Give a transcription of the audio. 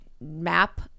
map